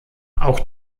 auch